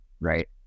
right